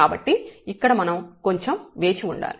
కాబట్టి ఇక్కడ మనం కొంచెం వేచి ఉండాలి